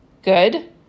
Good